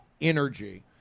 energy